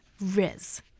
Riz